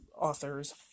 Authors